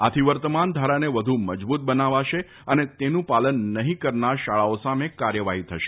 આથી વર્તમાન ધારાને વધુ મજબુત બનાવાશે અને તેનું પાલન નફી કરનાર શાળાઓ સામે કાર્યવાહી થશે